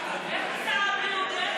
(תיקון, השוואת